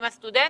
עם הסטודנטים,